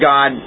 God